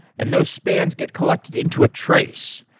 and those spans get collected into a trace.